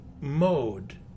mode